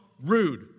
rude